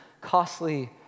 costly